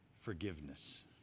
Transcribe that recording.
Forgiveness